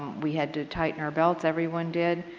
we had to tighten our belts, everyone did,